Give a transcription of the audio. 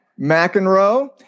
McEnroe